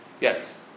Yes